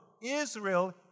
Israel